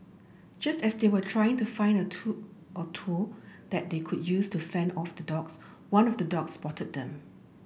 just as they were trying to find a two or tool that they could use to fend off the dogs one of the dogs spotted them